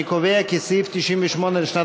אני קובע כי סעיף 98 לשנת